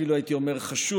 אפילו הייתי אומר חשוד,